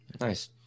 Nice